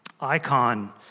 icon